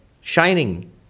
shining